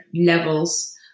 levels